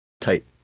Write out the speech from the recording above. Tight